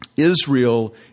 Israel